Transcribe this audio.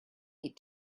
eat